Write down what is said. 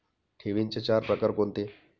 ठेवींचे चार प्रकार कोणते?